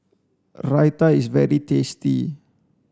Raita is very tasty